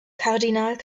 kardinal